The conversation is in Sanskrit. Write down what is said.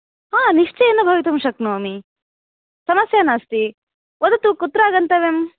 आ निश्चयेन भवितुं शक्नोमि समस्या नास्ति वदतु कुत्र आगन्तव्यम्